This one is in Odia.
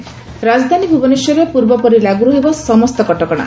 ରାଜଧାନୀ ଭୁବନେଶ୍ୱରରେ ପୂର୍ବପରି ଲାଗୁ ରହିବ ସମସ୍ତ କଟକଶା